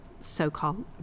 so-called